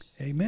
Amen